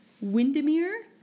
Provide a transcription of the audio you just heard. Windermere